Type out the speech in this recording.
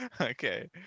okay